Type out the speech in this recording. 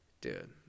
dude